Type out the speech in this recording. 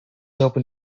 open